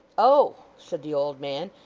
oh! said the old man,